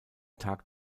tag